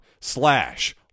slash